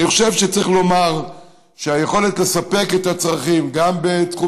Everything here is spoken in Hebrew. אני חושב שצריך לומר שביכולת לספק את הצרכים גם בתחום